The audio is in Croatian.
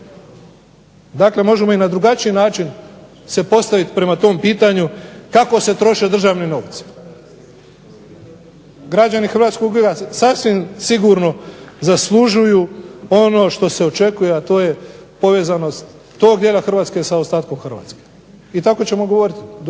Dakle, možemo i na drugačiji način se postaviti prema tom pitanju kako se troše državni novci. Građani Hrvatskog juga sasvim sigurno zaslužuju ono što se očekuje a to je povezanost tog dijela Hrvatske sa ostatkom Hrvatske i tako ćemo govoriti,